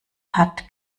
hat